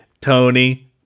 Tony